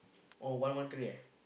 oh one one three eh